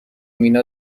مینا